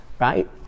right